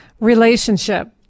relationship